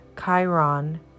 Chiron